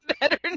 better